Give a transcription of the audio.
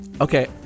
okay